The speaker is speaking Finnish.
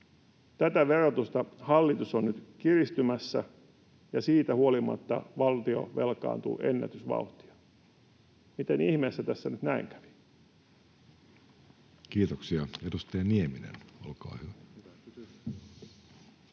Tätä verotusta hallitus on nyt kiristämässä, ja siitä huolimatta valtio velkaantuu ennätysvauhtia. Miten ihmeessä tässä nyt näin kävi? [Speech 280] Speaker: Jussi